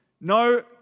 no